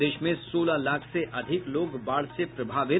प्रदेश में सोलह लाख से अधिक बाढ़ से प्रभावित